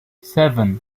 seven